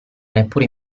neppure